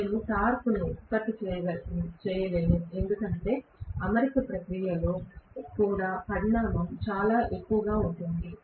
నేను టార్క్ను ఉత్పత్తి చేయలేను ఎందుకంటే అమరిక ప్రక్రియలో కూడా పరిమాణం చాలా ఎక్కువగా ఉంటుంది